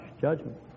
judgment